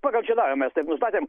pagal žiedavimą mes taip nustatėm